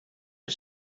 you